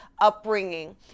upbringing